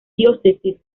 diócesis